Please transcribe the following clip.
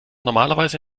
normalerweise